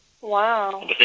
Wow